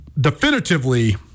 definitively